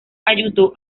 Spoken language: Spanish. ayudó